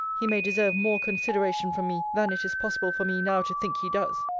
he may deserve more consideration from me than it is possible for me now to think he does.